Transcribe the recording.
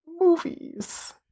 Movies